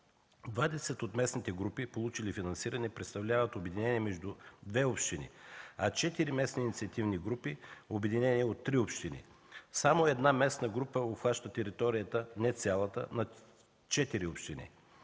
инициативни групи, получили финансиране, представляват обединение между две общини, а четири местни инициативни групи – обединение от три общини. Само една местна група обхваща територията – не цялата, на четири общини.